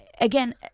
Again